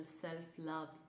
self-love